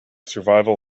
survival